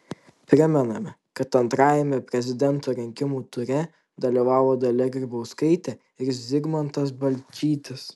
primename kad antrajame prezidento rinkimų ture dalyvavo dalia grybauskaitė ir zygmantas balčytis